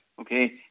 Okay